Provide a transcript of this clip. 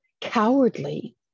cowardly